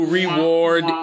reward